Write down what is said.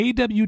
AWT